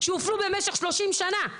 שהופלו במשך שלושים שנה,